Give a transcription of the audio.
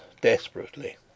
desperately